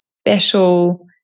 special